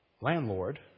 landlord